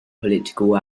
political